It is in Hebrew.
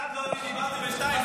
1. לא אני דיברתי, ו-2.